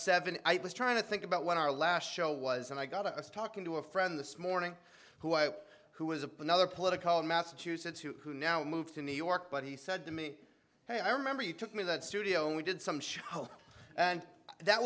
seven i was trying to think about when our last show was and i got us talking to a friend this morning who who was upon other political in massachusetts who now moved to new york but he said to me hey i remember you took me that studio and we did some show and that